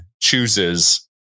chooses